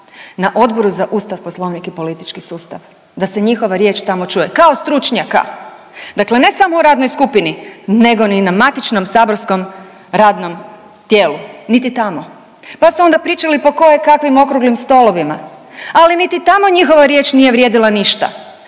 na Odboru za Ustav, Poslovnik i politički sustav da se njihova riječ tamo čuje kao stručnjaka, dakle ne samo u radnoj skupini nego ni na matičnom saborskom radnom tijelu, niti tamo. Pa su onda pričali po kojekakvim okruglim stolovima, ali niti tamo njihove riječ nije vrijedila ništa.